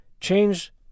Change